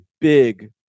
big